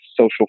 social